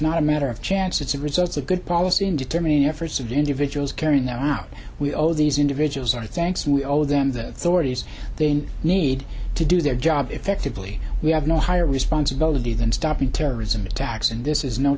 not a matter of chance it's a result of good policy in determining the efforts of individuals carrying them out we owe these individuals our thanks we owe them the authority they need to do their job effectively we have no higher responsibility than stopping terrorism attacks and this is no